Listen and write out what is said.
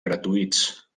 gratuïts